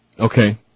Okay